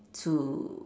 to